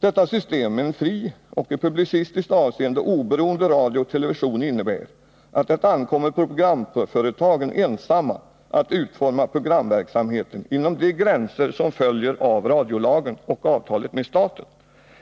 Detta system med en fri och i publicistiskt avseende oberoende radio och television innebär att det ankommer på programföretagen ensamma att utforma programverksamheten inom de gränser som följer av radiolagen och avtalen med staten.